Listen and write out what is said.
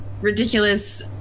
ridiculous